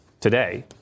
today